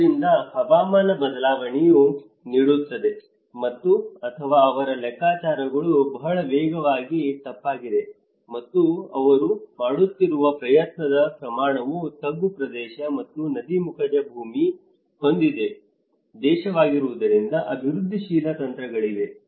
ಆದ್ದರಿಂದ ಹವಾಮಾನ ಬದಲಾವಣೆಯು ನಡೆಯುತ್ತಿದೆ ಮತ್ತು ಅಥವಾ ಅವರ ಲೆಕ್ಕಾಚಾರಗಳು ಬಹಳ ವೇಗವಾಗಿ ತಪ್ಪಾಗಿದೆ ಮತ್ತು ಅವರು ಮಾಡುತ್ತಿರುವ ಪ್ರಯತ್ನದ ಪ್ರಮಾಣವು ತಗ್ಗು ಪ್ರದೇಶ ಮತ್ತು ನದೀ ಮುಖಜ ಭೂಮಿ ಹೊಂದಿದ ದೇಶವಾಗಿರುವುದರಿಂದ ಅಭಿವೃದ್ಧಿಶೀಲ ತಂತ್ರಗಳಿವೆ